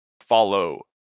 follow